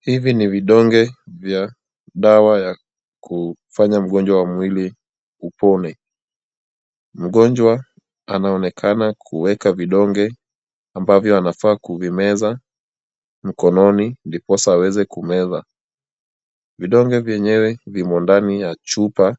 Hivi ni vidonge vya dawa vya kufanya mwili wa mgonjwa upone. Mgonjwa anaonekana kuweka vidonge ambavyo anafaa kuvimeza mkononi ndiposa aweze kumeza. Vidonge vyenyewe vimo ndani ya chupa